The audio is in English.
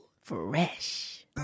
Fresh